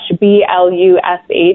B-L-U-S-H